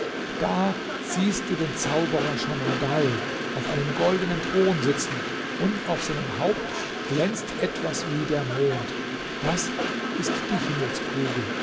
da siehst du den zauberer schamardal auf einem goldenen thron sitzen und auf seinem haupt glänzt etwas wie der mond das ist die